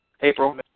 April